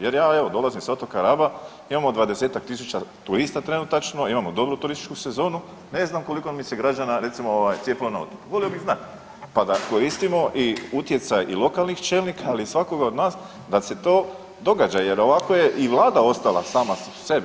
Jer ja evo dolazim s otoka Raba, imamo 20-tak tisuća turista trenutačno, imamo dobru turističku sezonu, ne znam koliko mi se građana recimo ovaj cijepilo na otoku, volio bi znat, pa da koristimo i utjecaj i lokalnih čelnika, ali i svakoga od nas da se to događa jer ovako je i vlada ostala sama sebi.